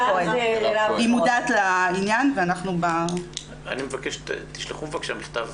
היא מודעת לעניין ואנחנו ב- -- אני מבקש שתשלחו בבקשה מכתב